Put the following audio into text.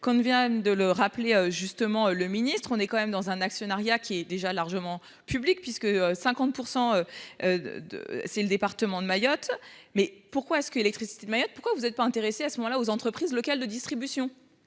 comme vient de le rappeler justement le ministre on est quand même dans un actionnariat qui est déjà largement public puisque 50%. De si le département de Mayotte. Mais pourquoi ce qu'Électricité de Mayotte. Pourquoi vous êtes pas intéressé à ce moment-là aux entreprises locales de distribution